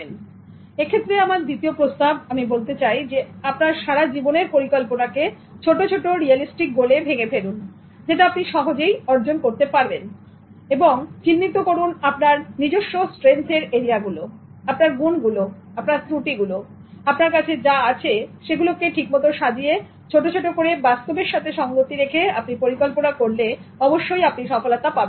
সুতরাং এক্ষেত্রে আমার দ্বিতীয় প্রস্তাব আমি দিচ্ছি আপনার সারা জীবনের পরিকল্পনা কে ছোট ছোট রিয়ালিস্টিক গোলে ভেঙ্গে ফেলুন যেটা আপনি সহজেই অর্জন করতে পারবেন চিহ্নিত করুন strength এরিয়া আপনার গুণগুলো আপনার ত্রুটিগুলো আপনার কাছে যা আছে সেগুলো কে ঠিকমতন সাজিয়ে ছোট ছোট করে বাস্তবের সাথে সংগতি রেখে আপনি পরিকল্পনা করলে অবশ্যই আপনি সফলতা পাবেন